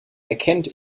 erkennt